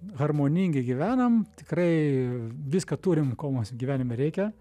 harmoningai gyvenam tikrai viską turim ko mos gyvenime reikia